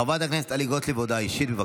חברת הכנסת טלי גוטליב, הודעה אישית.